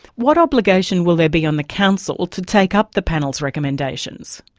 what obligation will there be on the council to take up the panel's recommendations?